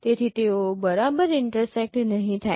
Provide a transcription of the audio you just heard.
તેથી તેઓ બરાબર ઇન્ટરસેક્ટ નહીં થાય